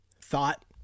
thought